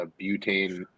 butane